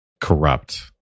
corrupt